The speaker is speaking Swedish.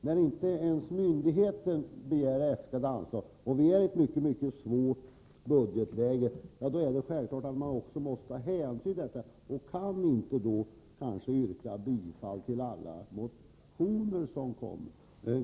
När inte ens myndigheten äskar högre anslag och vi är i ett mycket svårt budgetläge, Jens Eriksson, måste vi också ta hänsyn till detta. Då kan vi kanske inte tillstyrka alla motioner som kommer.